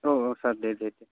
औ औ सार दे दे